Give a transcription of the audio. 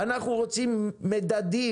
אנחנו רוצים מדדים,